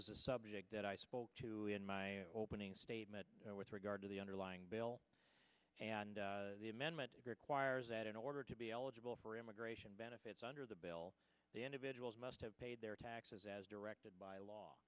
s a subject that i spoke to in my opening statement with regard to the underlying bill and the amendment requires that in order to be eligible for immigration benefits under the bill the individuals must have paid their taxes as directed by law